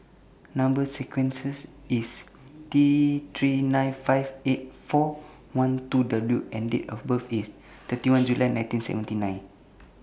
Number sequences IS T three nine five eight four one two W and Date of birth IS thirty one July nineteen seventy nine